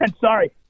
Sorry